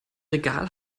regal